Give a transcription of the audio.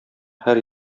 һәр